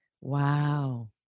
Wow